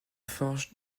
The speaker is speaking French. forge